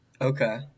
Okay